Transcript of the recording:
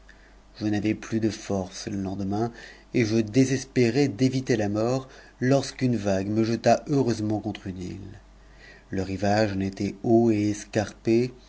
je n'avais plus de forces le lendemain et je désespérais d'éviter la mort lorsqu'une vague me jeta heureusement contre une île le rivage en était haut et escarpé